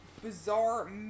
Bizarre